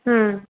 ம்